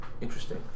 Interesting